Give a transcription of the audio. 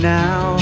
now